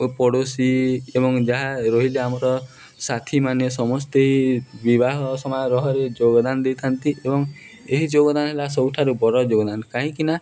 ଓ ପଡ଼ୋଶୀ ଏବଂ ଯାହା ରହିଲେ ଆମର ସାଥିମାନେ ସମସ୍ତେ ଏଇ ବିବାହ ସମୟ ରହରେ ଯୋଗଦାନ ଦେଇଥାନ୍ତି ଏବଂ ଏହି ଯୋଗଦାନ ହେଲା ସବୁଠାରୁ ବଡ଼ ଯୋଗଦାନ କାହିଁକିନା